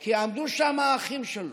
כי עמדו שם האחים שלו,